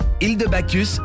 Île-de-Bacchus